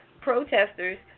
protesters